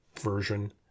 version